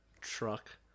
Truck